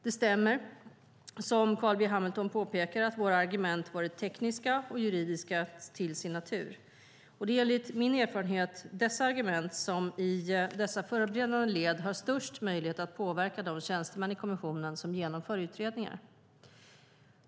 Det stämmer, som Carl B Hamilton påpekar, att våra argument varit tekniska och juridiska till sin natur. Det är enligt min erfarenhet dessa argument som i dessa förberedande led har störst möjlighet att påverka de tjänstemän i kommissionen som genomför utredningar.